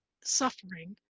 suffering